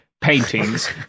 Paintings